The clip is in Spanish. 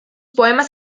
poemas